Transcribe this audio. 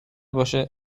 باشه